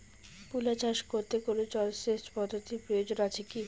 মূলা চাষ করতে কোনো জলসেচ পদ্ধতির প্রয়োজন আছে কী?